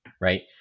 right